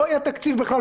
לא יהיה תקציב בחיים,